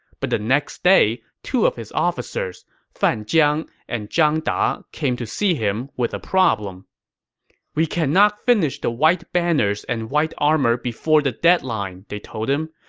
but the next day, two of his officers, fan jiang and zhang da, came to see him with a problem we cannot finish the white banners and white armor before the deadline, they told him.